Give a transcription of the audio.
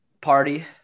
party